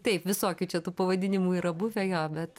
taip visokių čia tų pavadinimų yra buvę jo bet